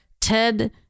Ted